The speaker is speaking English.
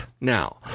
Now